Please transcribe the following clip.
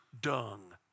dung